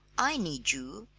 i need you,